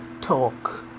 talk